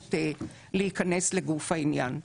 אפשרות להיכנס לגוף העניין.